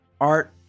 art